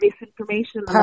misinformation